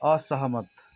असहमत